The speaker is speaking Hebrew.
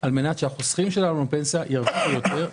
על מנת שהחוסכים שלנו לפנסיה ירוויחו יותר,